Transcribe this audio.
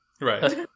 right